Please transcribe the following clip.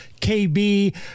KB